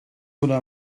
hwnna